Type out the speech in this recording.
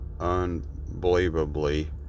unbelievably